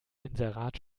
inserat